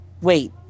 wait